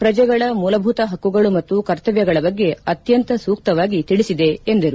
ಪ್ರಜೆಗಳ ಮೂಲಭೂತ ಹಕ್ಕುಗಳು ಮತ್ತು ಕರ್ತವ್ಗಗಳ ಬಗ್ಗೆ ಆತ್ಕಂತ ಸೂಕ್ತವಾಗಿ ತಿಳಿಸಿದೆ ಎಂದರು